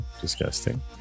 disgusting